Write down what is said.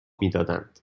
میدادند